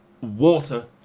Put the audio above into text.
water